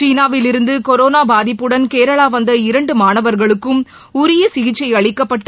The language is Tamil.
சீனாவில் இருந்து கரோனா பாதிப்புடன் கேரளா வந்த இரண்டு மாணவர்களுக்கும் உரிய சிகிச்சை அளிக்கப்பட்டு